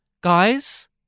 guys